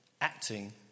Acting